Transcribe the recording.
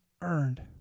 earned